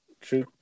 True